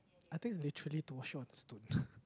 I think it's literally to wash it on a stone